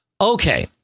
Okay